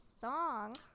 Song